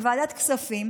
בוועדת כספים,